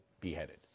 beheaded